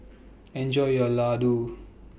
Enjoy your Ladoo